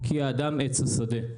כי האדם עץ השדה.